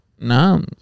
No